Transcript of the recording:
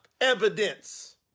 evidence